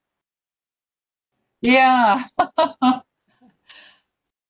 ya